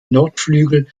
nordflügel